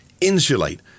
insulate